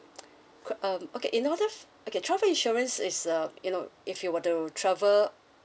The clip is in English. K um okay you know just get travel insurance is uh you know if you were to travel